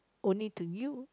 only to you